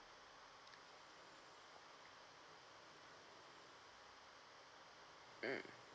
mm